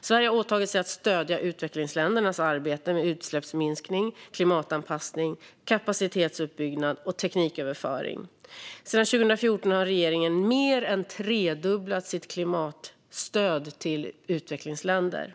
Sverige har åtagit sig att stödja utvecklingsländernas arbete med utsläppsminskning, klimatanpassning, kapacitetsuppbyggnad och tekniköverföring. Sedan 2014 har regeringen mer än tredubblat sitt klimatstöd till utvecklingsländer.